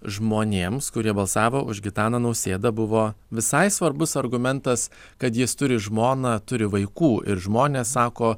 žmonėms kurie balsavo už gitaną nausėdą buvo visai svarbus argumentas kad jis turi žmoną turi vaikų ir žmonės sako